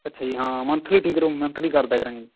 ਅੱਛਾ ਜੀ ਹਾਂ ਮੰਥਲੀ ਠੀਕ ਰਹੂ ਮੰਥਲੀ ਕਰ ਦਿਆ ਕਰਾਂਗੇ